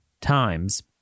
Times